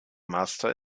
master